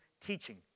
teaching